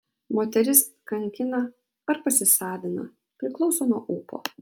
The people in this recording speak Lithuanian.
moteris kankina ar pasisavina priklauso nuo ūpo